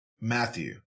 Matthew